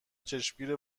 چشمگیر